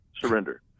surrender